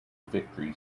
victory